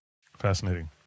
Fascinating